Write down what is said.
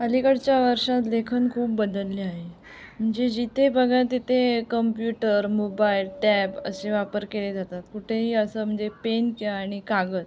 अलीकडच्या वर्षात लेखन खूप बदलले आहे म्हणजे जिथे बघाल तिथे कम्प्युटर मोबाईल टॅब असे वापर केले जातात कुठेही असं म्हणजे पेनच्या आणि कागद